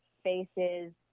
Spaces